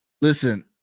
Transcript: listen